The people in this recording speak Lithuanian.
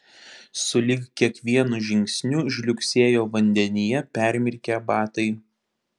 sulig kiekvienu žingsniu žliugsėjo vandenyje permirkę batai